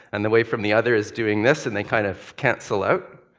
and the wave from the other is doing this, and they kind of cancel out.